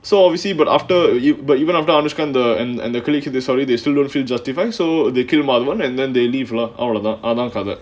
so obviously but after you but even after anushka and and a colleague who this they still don't feel justified so they kill madhavan and then they leave lah அவ்ளோதான்:avlothaan